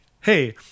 hey